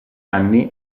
anni